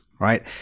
right